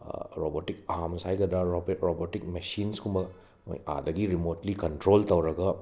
robotic arms ꯍꯥꯏꯒꯗ꯭ꯔ robotic ꯃꯦꯁꯤꯟ꯭ꯁꯀꯨꯝꯕ ꯃꯣꯏ ꯑꯗꯥꯒꯤ ꯔꯤꯃꯣꯠꯂꯤ ꯀꯟꯇ꯭ꯔꯣꯜ ꯇꯧꯔꯒ